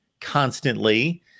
constantly